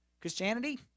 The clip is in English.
Christianity